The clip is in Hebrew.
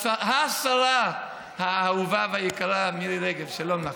השרה האהובה היקרה והאהובה מירי רגב, שלום לך.